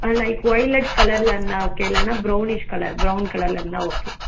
light violet கலர்ல இருந்தால் okay இல்லைன்னா ப்ரௌனிஷ் கலர் ப்ரௌன் கலர்ல இருந்தால் ஓகே